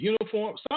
uniform